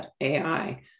AI